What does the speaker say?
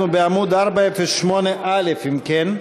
אנחנו בעמוד 408א, אם כן,